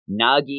Nagi